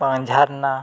ᱵᱟᱝ ᱡᱷᱟᱨᱱᱟ